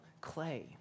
clay